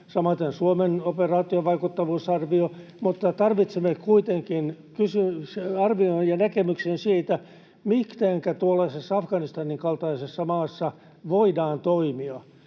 tehdään Suomen operaation vaikuttavuusarvio, mutta tarvitsemme kuitenkin arvion ja näkemyksen siitä, mitenkä tuollaisessa Afganistanin kaltaisessa maassa voidaan toimia,